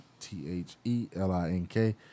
T-H-E-L-I-N-K